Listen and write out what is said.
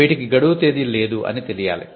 వీటికి గడువు తేదీ లేదు అని తెలియాలి